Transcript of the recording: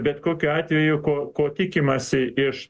bet kokiu atveju ko ko tikimasi iš